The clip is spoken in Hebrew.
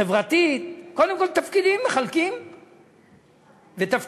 חברתית, קודם כול מחלקים תפקידים.